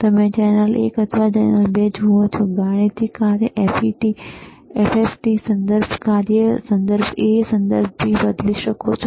તમે ચેનલ એક અથવા ચેનલ 2 જુઓ છો તમે ગાણિતિક કાર્ય FFT સંદર્ભ કાર્ય સંદર્ભ A સંદર્ભ B બદલી શકો છો